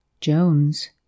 Jones